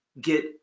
get